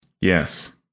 Yes